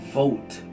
vote